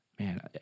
Man